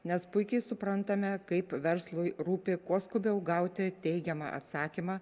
nes puikiai suprantame kaip verslui rūpi kuo skubiau gauti teigiamą atsakymą